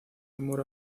humor